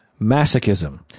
masochism